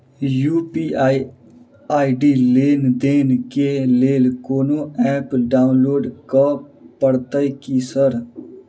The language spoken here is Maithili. यु.पी.आई आई.डी लेनदेन केँ लेल कोनो ऐप डाउनलोड करऽ पड़तय की सर?